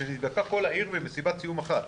שנדבקה כל העיר במסיבת סיום אחת.